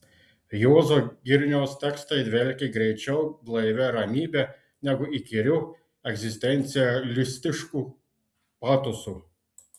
juozo girniaus tekstai dvelkė greičiau blaivia ramybe negu įkyriu egzistencialistišku patosu